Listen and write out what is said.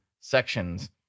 sections